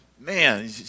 man